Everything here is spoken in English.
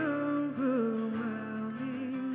overwhelming